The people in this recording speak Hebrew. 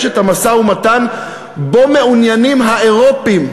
את המשא-ומתן שבו מעוניינים האירופים.